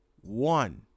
One